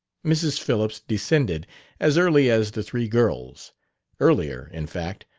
mrs. phillips descended as early as the three girls earlier, in fact,